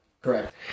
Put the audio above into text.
Correct